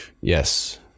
Yes